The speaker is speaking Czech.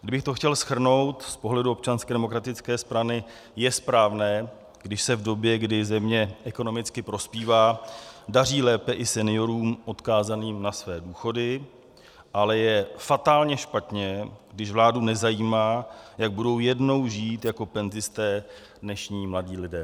Kdybych to chtěl shrnout z pohledu Občanské demokratické strany, je správné, když se v době, kdy země ekonomicky prospívá, daří lépe i seniorům odkázaným na své důchody, ale je fatálně špatně, když vládu nezajímá, jak budou jednou žít jako penzisté dnešní mladí lidé.